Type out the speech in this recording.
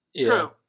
True